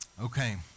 Okay